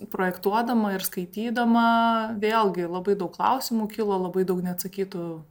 projektuodama ir skaitydama vėlgi labai daug klausimų kilo labai daug neatsakytų